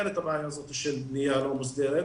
אין את הבעיה הזאת של בנייה לא מוסדרת,